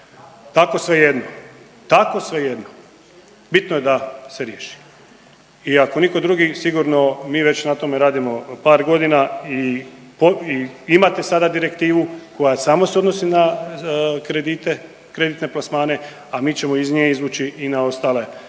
tako svejedno, bitno je da se riješi. I ako nitko drugi, sigurno mi već na tome radimo par godina i imate sada direktivu koja samo se odnosi na kredite, kreditne plasmane, a mi ćemo iz nje izvući i na ostale, ostala